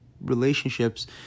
relationships